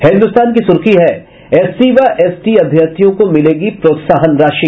हिन्दुस्तान की सुर्खी है एससी व एसटी अभ्यर्थियों को मिलेगी प्रोत्साहन राशि